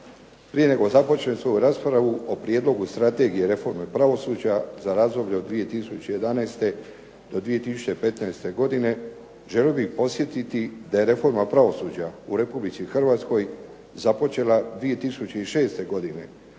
Prije nego započnem svoju raspravu o Prijedlogu Strategije reforme pravosuđa za razdoblje od 2011. do 2015. godine želio bih podsjetiti da je reforma pravosuđa u Republici Hrvatskoj započela 2006. godine